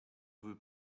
veut